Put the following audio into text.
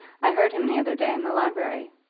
i heard him the other day in the library.